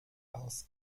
aus